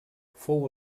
fou